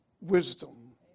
wisdom